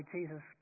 Jesus